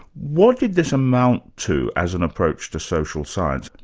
what did this amount to as an approach to social science? and